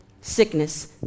Sickness